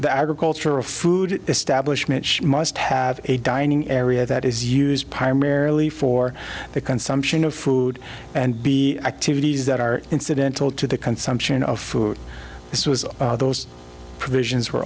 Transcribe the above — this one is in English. the agriculture of food establishment must have a dining area that is used primarily for the consumption of food and be activities that are incidental to the consumption of food this was those provisions were